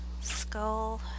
Skull